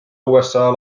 usa